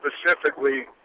specifically